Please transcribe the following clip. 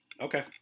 okay